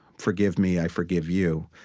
forgive me, i forgive you.